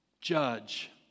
judge